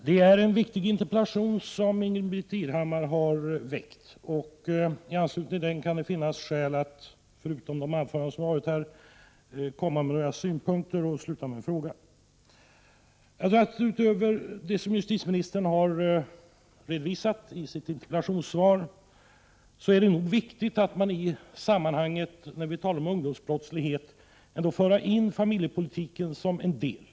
Herr talman! Ingbritt Irhammar har framställt en viktig interpellation. I anslutning till den kan det finnas skäl att, vid sidan av de anföranden som har hållits, komma med några synpunkter för att sedan sluta med fråga. Jag tror att det förutom vad justitieministern har sagt i sitt interpellationssvar är viktigt att man när det gäller ungdomsbrottslighet också för in familjepolitiken som en del.